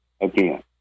again